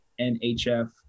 nhf